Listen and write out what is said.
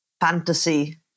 fantasy